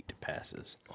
passes